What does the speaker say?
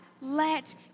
let